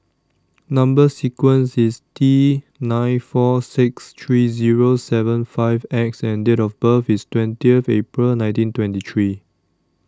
Number sequence IS T nine four six three Zero seven five X and Date of birth IS twentieth April nineteen twenty three